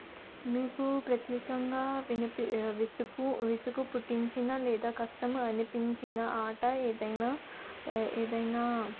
మీకు ప్రత్యేకంగా వినిపిం విసుగు విసుగు పుట్టించిన లేదా కష్టం అనిపించిన ఆట ఏదైన ఏదైన